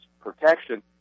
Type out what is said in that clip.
protection